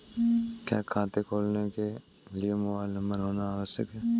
क्या खाता खोलने के लिए मोबाइल नंबर होना आवश्यक है?